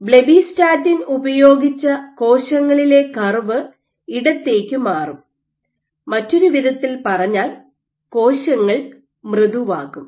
blebbistatin ഉപയോഗിച്ച കോശങ്ങളിലെ curve ഇടത്തേക്ക് മാറും മറ്റൊരു വിധത്തിൽ പറഞ്ഞാൽ കോശങ്ങൾ മൃദുവാകും